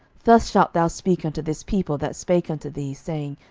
thus shalt thou speak unto this people that spake unto thee, saying,